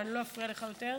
ואני לא אפריע לך יותר: